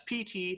pt